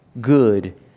good